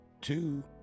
Two